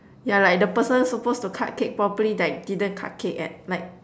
ya like the person supposed to cut cake properly that didn't cut cake at like